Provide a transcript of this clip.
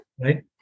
right